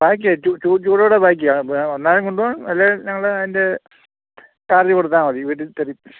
ചൂടോടെ പായ്ക്ക് ചെയ്യാം ഒന്നാകെ കൊണ്ടുപോകാം അല്ലെങ്കിൽ ഞങ്ങൾ അതിൻ്റെ ചാർജ്ജ് കൊടുത്താൽ മതി വീട്ടിൽ തരും